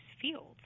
fields